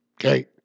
okay